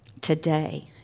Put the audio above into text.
Today